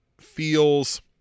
feels